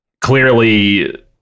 clearly